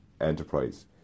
enterprise